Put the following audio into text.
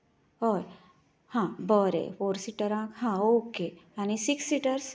हय हा बरें फॉर सिटरांक हा ओके आनीक सिक्स सिटरस